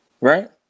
Right